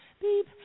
beep